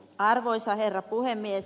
arvoisa herra puhemies